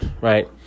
right